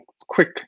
quick